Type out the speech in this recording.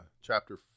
chapter